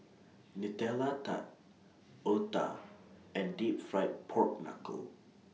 Nutella Tart Otah and Deep Fried Pork Knuckle